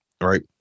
Right